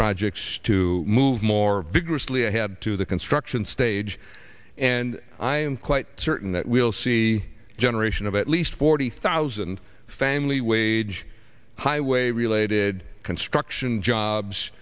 projects to move more vigorously ahead to the construction stage and i am quite certain that we'll see generation of at least forty thousand family wage highway related construction jobs